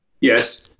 Yes